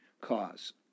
cause